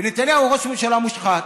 ונתניהו הוא ראש ממשלה מושחת.